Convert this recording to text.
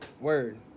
word